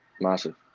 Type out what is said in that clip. massive